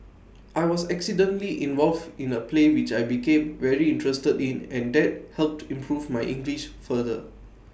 I was accidentally involved in A play which I became very interested in and that helped improve my English further